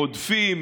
רודפים,